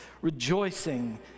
rejoicing